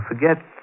forget